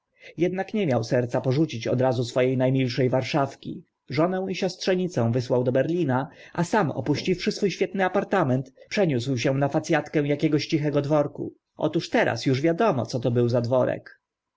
jednak nie miał serca porzucić od razu swo e na milsze warszawki żonę i siostrzenicę wysłał do berlina a sam opuściwszy swó świetny apartament przeniósł się na fac atkę akiegoś cichego dworku otóż teraz uż wiadomo co to był za